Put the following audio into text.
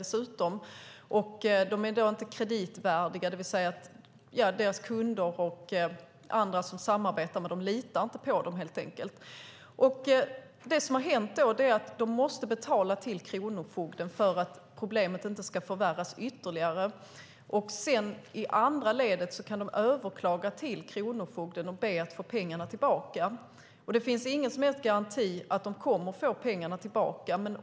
De är i dag inte kreditvärdiga. Deras kunder och andra som samarbetar med dem litar helt enkelt inte på dem. Det som har hänt är att de måste betala till kronofogden för att problemet inte ska förvärras ytterligare. I andra ledet kan de överklaga till kronofogden och be att få pengarna tillbaka. Det finns ingen som helst garanti för att de kommer att få pengarna tillbaka.